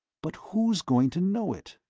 but who's going to know it?